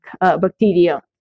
bacteria